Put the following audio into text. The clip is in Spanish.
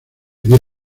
diez